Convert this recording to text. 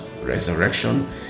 resurrection